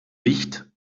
licht